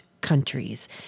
countries